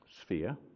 sphere